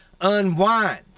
unwind